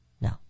No